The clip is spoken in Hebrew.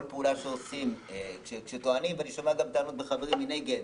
אני שומע טענות מנגד